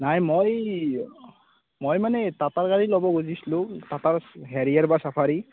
নাই মই মই মানে টাটাৰ গাড়ী ল'ব খুজিছিলোঁ টাটাৰ হেৰিয়াৰ বা চাফাৰী